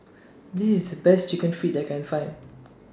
This IS The Best Chicken Feet that I Can Find